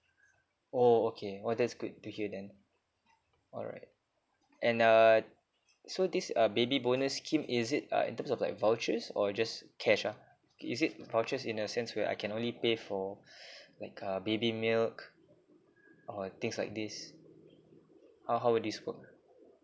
oh okay !wah! that's good to hear then alright and uh so this uh baby bonus scheme is it uh in terms of like vouchers or just cash ah is it vouchers in a sense where I can only pay for like uh baby milk or things like this uh how will this work